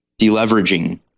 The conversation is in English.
deleveraging